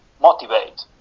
motivate